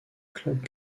club